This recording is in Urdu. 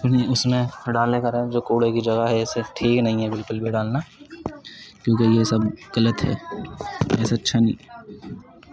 اس میں ڈالنے کا رنگ جو کوڑے کی جگہ ہے یہ سب ٹھیک ہے نہیں بالکل بھی ڈالنا کیونکہ یہ سب غلط ہے یہ سب اچھا نہیں